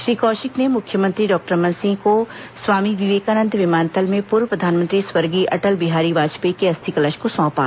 श्री कौशिक ने मुख्यमंत्री डॉक्टर रमन सिंह को स्वामी विवेकानंद विमानतल में पूर्व प्रधानमंत्री स्वर्गीय अटल बिहारी वाजपेयी के अस्थि कलश को सौंपा